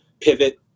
pivot